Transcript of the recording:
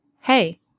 Hey